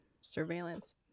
surveillance